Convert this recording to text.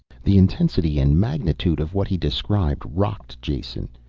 the intensity and magnitude of what he described rocked jason.